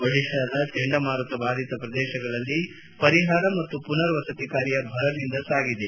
ಒಡಿಶಾದ ಚಂಡಮಾರುತ ಬಾಧಿತ ಪ್ರದೇಶಗಳಲ್ಲಿ ಪರಿಹಾರ ಮತ್ತು ಪುನರ್ ವಸತಿ ಕಾರ್ಯ ಭರದಿಂದ ಸಾಗಿದೆ